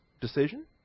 decision